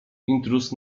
intruz